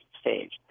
stage